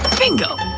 bingo.